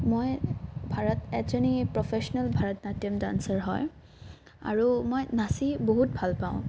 মই ভাৰত এজনী professional Bharatanatyam dancer হয় আৰু মই নাচি বহুত ভাল পাওঁ